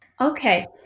Okay